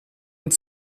und